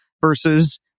versus